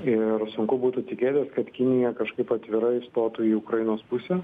ir sunku būtų tikėtis kad kinija kažkaip atvirai stotų į ukrainos pusę